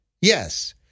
Yes